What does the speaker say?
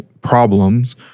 problems